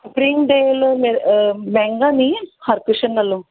green Dale ਮ ਮਹਿੰਗਾ ਨਹੀਂ ਹੈ ਹਰਕ੍ਰਿਸ਼ਨ ਨਾਲੋਂ